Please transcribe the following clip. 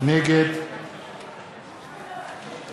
נגד דב חנין,